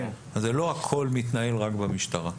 לא הכול מתנהל רק במשטרה.